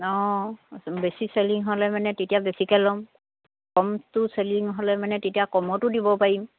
অঁ বেছি চেলিং হ'লে মানে তেতিয়া বেছিকৈ ল'ম কমটো চেলিং হ'লে মানে তেতিয়া কমতো দিব পাৰিম